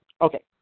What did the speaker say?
Okay